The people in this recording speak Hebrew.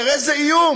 תראה איזה איום,